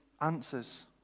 answers